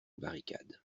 barricade